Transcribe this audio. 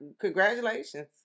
congratulations